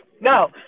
No